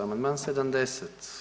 Amandman 70.